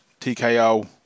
TKO